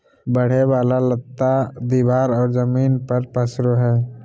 बढ़े वाला लता दीवार और जमीन पर पसरो हइ